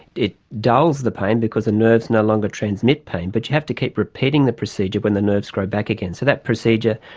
it dulls the pain because the nerves no longer transmit pain, but you have to keep repeating the procedure when the nerves grow back again. so that procedure,